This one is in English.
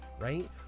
right